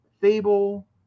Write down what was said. Fable